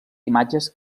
imatges